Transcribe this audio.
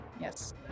Yes